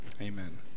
amen